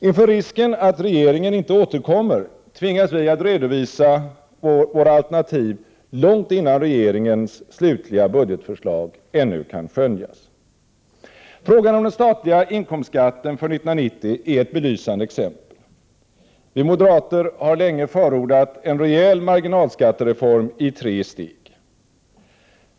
Inför risken att regeringen inte återkommer tvingas vi att redovisa våra alternativ långt innan regeringens slutliga budgetförslag ännu kan skönjas. Frågan om den statliga inkomstskatten för 1990 är ett belysande exempel. Vi moderater har länge förordat en rejäl marginalskattereform i tre steg.